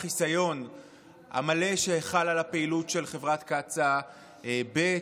החיסיון המלא שחל על הפעילות של חברת קצא"א ב',